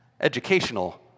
educational